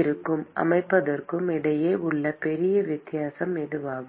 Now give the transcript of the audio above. இருக்கும் அமைப்பிற்கும் இடையே உள்ள பெரிய வித்தியாசம் இதுவாகும்